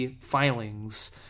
filings